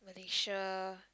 Malaysia